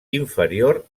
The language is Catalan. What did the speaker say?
inferior